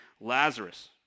Lazarus